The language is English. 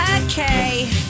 Okay